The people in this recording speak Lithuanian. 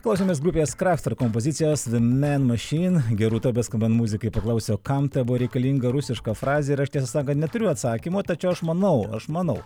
klausimas grupės kraftvork kompozicijos de men mašin gi rūta paskui bando muzikai paklausiau kam ta buvo reikalinga rusiška frazė ir aš tiesą sakant neturiu atsakymo tačiau aš manau aš manau